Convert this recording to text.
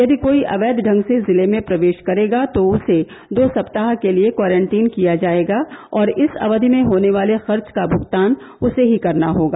यदि कोई अवैच ढंग से जिले में प्रवेश करेगा तो उसे दो सप्ताह के लिए क्वारंटीन किया जाएगा और इस अवधि में होने वाले खर्च का भूगतान उसे ही करना होगा